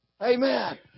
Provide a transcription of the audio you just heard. Amen